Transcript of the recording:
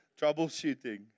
Troubleshooting